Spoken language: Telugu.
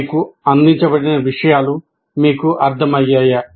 మీకు అందించబడిన విషయాలు మీకు అర్థమయ్యాయా